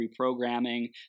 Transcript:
reprogramming